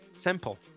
simple